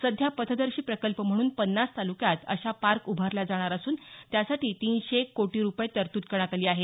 सध्या पथदर्शी प्रकल्प म्हणून पन्नास तालुक्यात अशा पार्क उभारल्या जाणार असून त्यासाठी तीनशे कोटी रुपये तरतूद करण्यात आली आहे